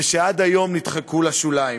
ועד היום נדחקו לשוליים.